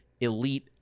elite